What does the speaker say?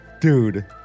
Dude